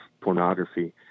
pornography